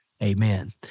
Amen